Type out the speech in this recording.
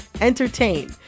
entertain